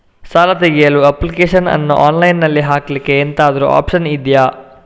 ಸಾಲ ತೆಗಿಯಲು ಅಪ್ಲಿಕೇಶನ್ ಅನ್ನು ಆನ್ಲೈನ್ ಅಲ್ಲಿ ಹಾಕ್ಲಿಕ್ಕೆ ಎಂತಾದ್ರೂ ಒಪ್ಶನ್ ಇದ್ಯಾ?